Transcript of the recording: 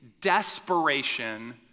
desperation